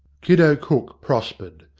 kiddo cook prospered.